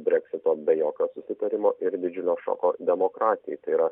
breksito be jokio susitarimo ir didžiulio šoko demokratijai tai yra